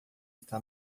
está